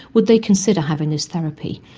would they consider having this therapy.